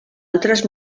altres